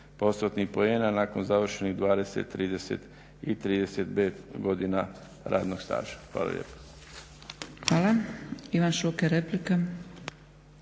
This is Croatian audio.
postotnih poena nakon završenih 20, 30 i 35 godina radnog staža. Hvala lijepo. **Zgrebec, Dragica